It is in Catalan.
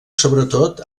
sobretot